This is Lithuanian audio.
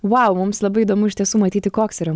vau mums labai įdomu iš tiesų matyti koks yra